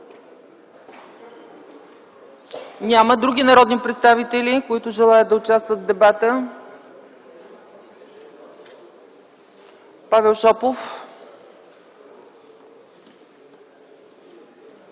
Няма. Други народни представители, които желаят да участват в дебата? Павел Шопов.